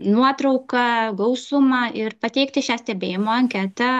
nuotrauką gausumą ir pateikti šią stebėjimo anketą